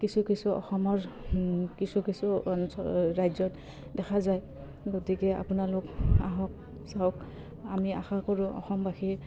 কিছু কিছু অসমৰ কিছু কিছু অঞ্চল ৰাজ্যত দেখা যায় গতিকে আপোনালোক আহক চাওক আমি আশা কৰোঁ অসমবাসী